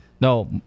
No